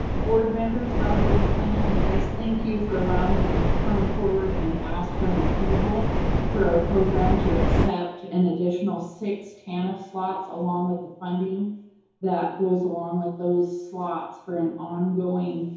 board members, dr. maclennan, and guests, thank you for allowing me to come forward and ask for an approval for our program to accept an additional six tanf slots along with the funding that goes along with those slots for an ongoing